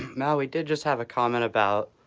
now we did just have a comment about,